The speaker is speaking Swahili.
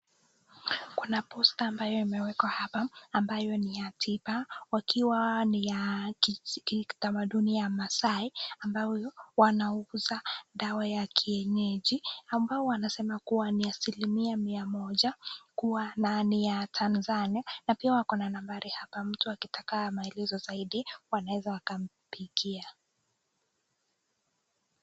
Kuna posta ambayo imewekwa hapa ambayo ni ya tiba wakiwa ni ya kitamaduni ya Maasai ambayo wao wanauza dawa ya kienyeji ambao wanasema kuwa ni asilimia mia moja kuwa ndani ya Tanzania na pia wako na nambari hapa mtu akitaka maelezo zaidi wanaweza wakampigia.